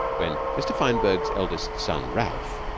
when mr. fineberg's eldest son ralph,